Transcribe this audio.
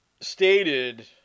stated